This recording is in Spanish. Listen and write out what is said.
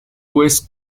west